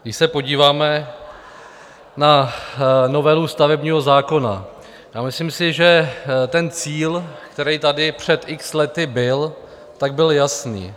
Když se podíváme na novelu stavebního zákona, myslím si, že ten cíl, který tady před x lety byl, byl jasný.